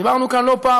דיברנו כאן לא פעם,